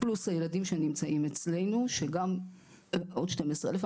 פלוס הילדים שנמצאים אצלנו שהם עוד 12 אלף.